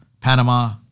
Panama